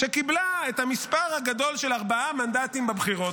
שקיבלה את המספר הגדול של ארבעה מנדטים בבחירות.